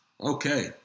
Okay